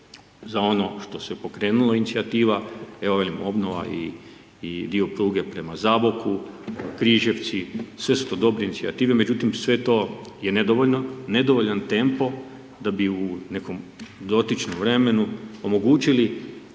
za ono što se pokrenulo inicijativa, evo, velim, obnova i dio pruge prema Zaboku, Križevci, sve su to dobre inicijative, međutim sve to je nedovoljno, nedovoljan tempo da bi u nekom dotičnom vremenu omogućili